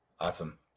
Awesome